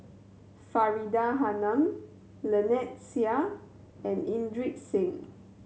Faridah Hanum Lynnette Seah and Singh